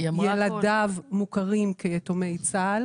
ילדיו מוכרים כיתומי צה"ל